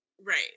right